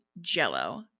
Jell-O